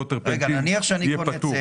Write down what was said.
אותו טרפנטין יהיה פטור.